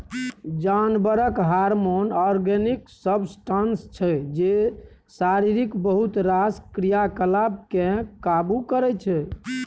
जानबरक hormone organic substance छै जे शरीरक बहुत रास क्रियाकलाप केँ काबु करय छै